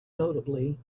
notably